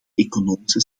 economische